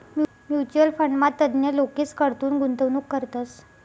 mutual फंडमा तज्ञ लोकेसकडथून गुंतवणूक करतस